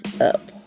up